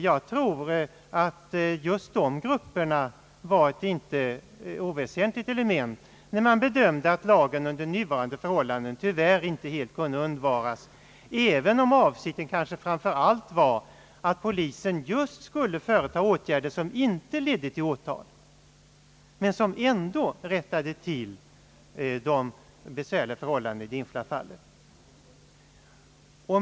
Jag tror att just dessa grupper var ett inte oväsentligt element när man bedömde att lagen under nuvarande förhållanden tyvärr inte helt kan undvaras, även om avsikten kanske framför allt var att polisen skulle vidta åtgärder som inte ledde till frihetsberövande men som ändå rättade till de besvärliga förhållandena i det enskilda fallet.